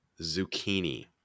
zucchini